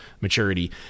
maturity